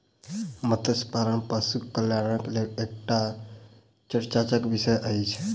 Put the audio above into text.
मत्स्य पालन पशु कल्याणक लेल एकटा चर्चाक विषय अछि